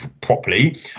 properly